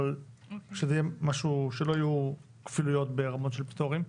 שלא יהיו כפילויות ברמות של פטורים.